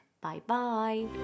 Bye-bye